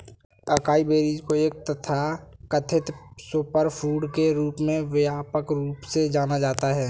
acai berries को एक तथाकथित सुपरफूड के रूप में व्यापक रूप से जाना जाता है